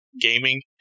gaming